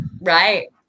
Right